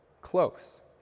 close